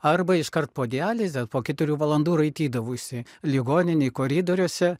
arba iškart po dializės po keturių valandų raitydavausi ligoninėj koridoriuose